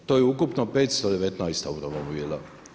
To je ukupno 519 automobila.